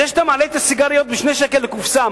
זה שאתה מעלה את מחיר הסיגריות ב-2 שקלים לקופסה,